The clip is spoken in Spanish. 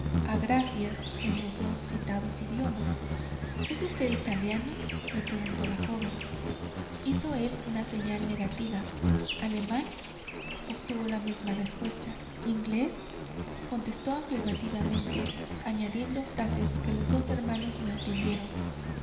gracias en los dos citados idiomas es usted italiano le preguntó la joven hizo él una señal negativa alemán obtuvo la misma respuesta inglés contestó afirmativamente añadiendo frases que los dos hermanos no entendieron